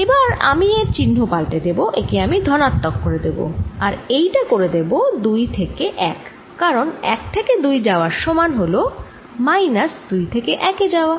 এবার আমি এর চিহ্ন পালটে দেব একে আমি ধনাত্মক করে দেব আর এইটা করে দেব 2 থেকে 1 কারণ 1 থেকে 2 যাওয়ার সমান হল মাইনাস 2 থেকে 1 যাওয়া